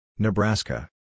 Nebraska